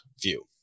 view